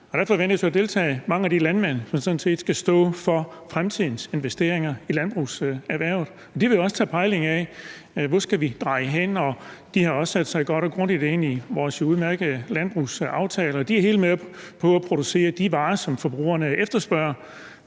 »Fremtidens landbrug«. Mange af de landmænd, som sådan set skal stå for fremtidens investeringer i landbrugserhvervet, forventes at deltage. De vil jo også tage pejling af, hvor vi skal dreje hen, og de har også sat sig godt og grundigt ind i vores udmærkede landbrugsaftale. De er helt med på at producere de varer, som forbrugerne efterspørger